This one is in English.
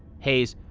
haise